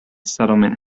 settlement